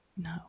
No